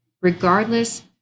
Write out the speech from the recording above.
regardless